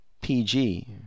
PG